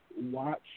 watch